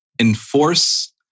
enforce